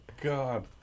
God